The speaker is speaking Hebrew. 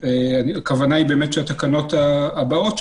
הכוונה היא באמת שהתקנות הבאות,